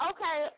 Okay